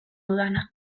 dudana